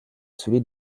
celui